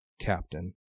Captain